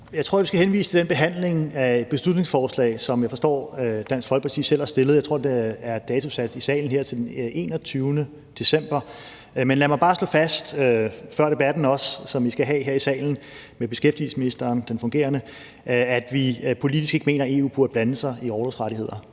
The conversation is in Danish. Jeg tror, at vi skal henvise til behandlingen af et beslutningsforslag, som jeg forstår Dansk Folkeparti selv har fremsat. Jeg tror, det er datosat i salen her til den 21. december. Men lad mig bare slå fast, også før debatten, som vi skal have her i salen med beskæftigelsesministeren, den fungerende, at vi politisk ikke mener, at EU burde blande sig i f.eks. orlovsrettigheder,